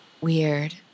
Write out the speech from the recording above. Weird